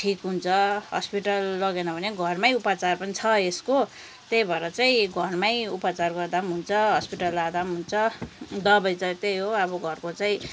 ठिक हुन्छ हस्पिटल लगेन भने घरमै उपचार पनि छ यसको त्यही भएर चाहिँ घरमै उपचार गर्दा पनि हुन्छ हस्पिटल लाँदा पनि हुन्छ दबाई त त्यही हो अब घरको चाहिँ